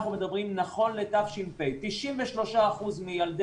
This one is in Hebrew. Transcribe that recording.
אנחנו מדברים נכון לתש"פ: 93% מילדי